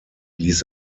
ließ